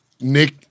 Nick